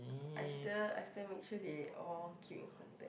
I still I still make sure they all keep in contact